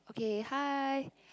okay hi